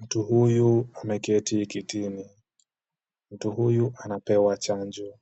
Mtu huyu ameketi kitini. Mtu huyu anapewa chanjo.